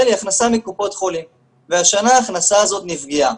היא הכנסה מקופות החולים והשנה ההכנסה הזאת נפגעה.